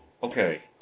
Okay